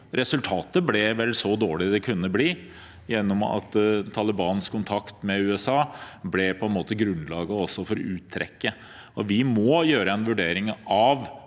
resultatet ble vel så dårlig det kunne bli, gjennom at Talibans kontakt med USA på en måte også ble grunnlaget for uttrekket. Vi må gjøre en vurdering av